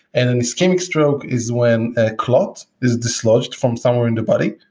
and an ischemic stroke is when a clot is dislodged from somewhere in the body,